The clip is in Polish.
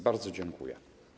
Bardzo dziękuję.